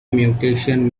mutation